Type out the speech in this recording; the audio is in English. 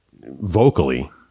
vocally